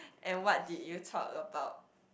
and what did you talk about